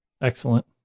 Excellent